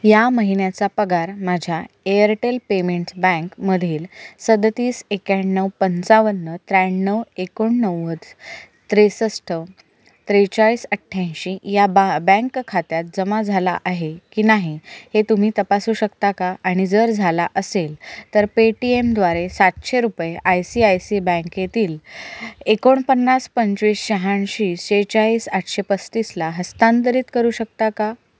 या महिन्याचा पगार माझ्या एअरटेल पेमेंट्स बँक मधील सदतीस एक्याण्णव पंचावन्न त्र्याण्णव एकोणनव्वद त्रेसष्ट त्रेचाळीस अठ्ठ्याऐंशी या बा बँक खात्यात जमा झाला आहे की नाही हे तुम्ही तपासू शकता का आणि जर झाला असेल तर पेटीएमद्वारे सातशे रुपये आय सी आय सी बँकेतील एकोणपन्नास पंचवीस शहाऐंशी शेहेचाळीस आठशे पस्तीसला हस्तांतरित करू शकता का